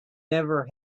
never